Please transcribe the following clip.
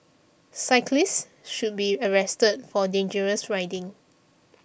cyclist should be arrested for dangerous riding